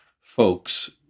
folks